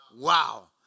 Wow